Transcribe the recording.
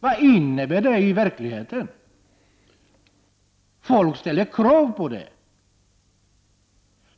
Vad innebär det i verkligheten? Folk kräver en definition.